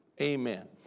Amen